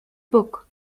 book